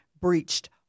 breached